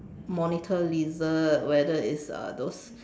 monitor lizard whether it's uh those